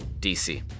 DC